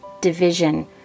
division